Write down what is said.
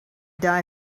die